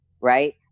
right